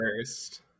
first